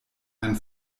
einen